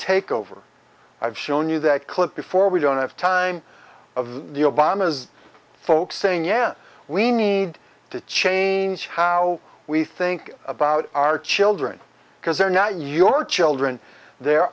takeover i've shown you that clip before we don't have time of the obama's folks saying yeah we need to change how we think about our children because they're not your children the